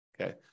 Okay